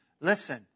Listen